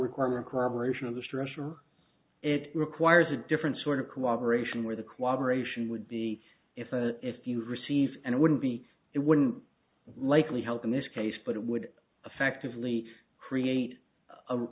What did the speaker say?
requirement corroboration of the structure it requires a different sort of cooperation where the cooperation would be if a if you received and it wouldn't be it wouldn't likely help in this case but it would effectively create